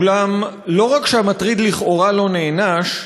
אולם לא רק שהמטריד-לכאורה לא נענש,